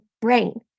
brain